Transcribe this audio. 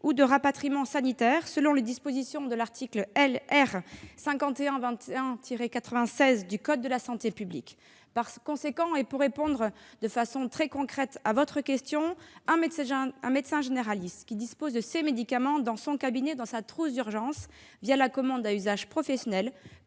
ou de rapatriement sanitaire, selon les dispositions de l'article R. 5121-96 du code de la santé publique. Par conséquent, et pour répondre de façon très concrète à votre question, un médecin généraliste qui dispose de ces médicaments dans son cabinet, dans sa trousse d'urgence, la commande à usage professionnel,